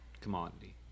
commodity